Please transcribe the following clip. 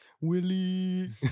Willie